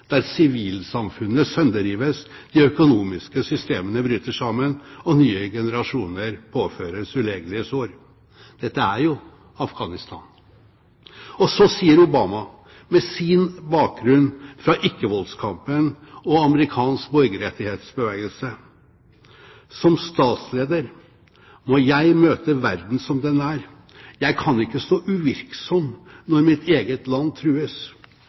der sivilsamfunnet sønderrives, de økonomiske systemene bryter sammen, og nye generasjoner påføres ulegelige sår. Dette er jo Afghanistan! Og så sier Obama, med sin bakgrunn fra ikkevoldskampen og amerikansk borgerrettighetsbevelgelse: «Som statsleder må jeg møte verden som den er. Jeg kan ikke stå uvirksom når mitt eget land trues.